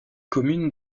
commune